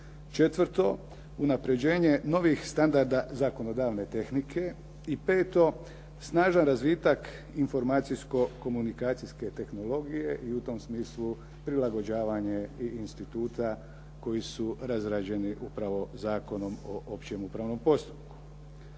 Četvrto, unapređenje novih standarda zakonodavne tehnike. I peto, snažan razvitak informacijsko-komunikacijske tehnologije i u tom smislu prilagođavanje i instituta koji su razrađeni upravo Zakonom o općem upravnom postupku.